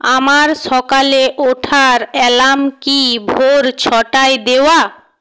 আমার সকালে ওঠার অ্যালার্ম কি ভোর ছটায় দেওয়া